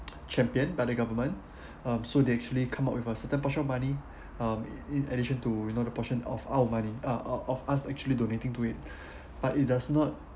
championed by the government um so they actually come up with a certain portion of money um in addition to you know the portion of our money uh out of us actually donating to it but it does not